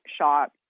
shot